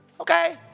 Okay